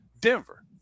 Denver